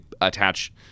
attach